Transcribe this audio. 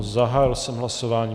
Zahájil jsem hlasování.